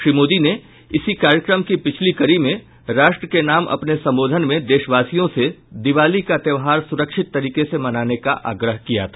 श्री मोदी ने इसी कार्यक्रम की पिछली कड़ी में राष्ट्र के नाम अपने सम्बोधन में देशवासियों से दिवाली का त्यौहार सुरक्षित तरीके से मनाने का आग्रह किया था